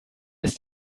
ist